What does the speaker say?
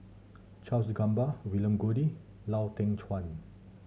Charles Gamba William Goode Lau Teng Chuan